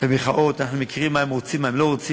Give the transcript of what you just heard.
אנחנו יודעים מה הם רוצים, מה הם לא רוצים,